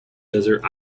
desert